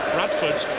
Bradford